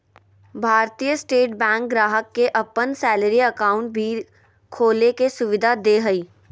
भारतीय state bank ग्राहक के अपन सैलरी अकाउंट भी खोले के सुविधा दे हइ